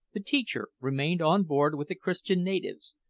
the teacher remained on board with the christian natives,